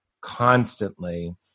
constantly